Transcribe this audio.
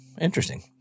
interesting